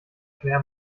schwer